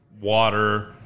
water